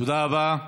תודה רבה.